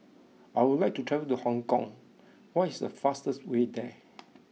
I would like to travel to Hong Kong what is the fastest way there